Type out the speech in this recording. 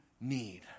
need